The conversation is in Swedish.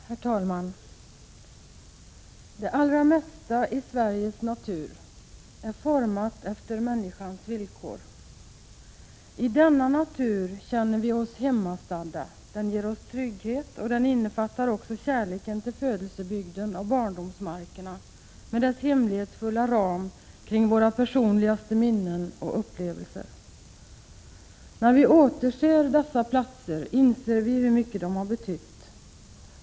Herr talman! ”Det allra mesta i Sveriges natur är format efter människans villkor. I denna natur känner vi oss hemmastadda — den ger oss trygghet, och den innefattar också kärleken till födelsebygden och barndomsmarkerna, med dess hemlighetsfulla ram kring våra personligaste minnen och upplevelser. När vi återser dessa platser inser vi hur mycket de har betytt.